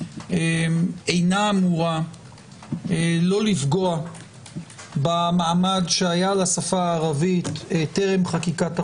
אינה אמורה לפגוע במעמד שהיה לשפה הערבית טרם חקיקת החוק.